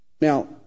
Now